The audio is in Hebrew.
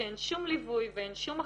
שאין שום ליווי ואין שום מחלה.